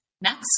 Next